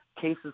cases